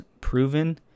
proven